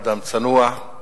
אדם צנוע,